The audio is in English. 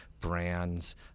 brands